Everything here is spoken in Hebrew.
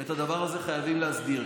ואת הדבר הזה חייבים להסדיר.